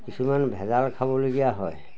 কিছুমান ভেজাল খাবলগীয়া হয়